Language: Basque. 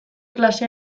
klase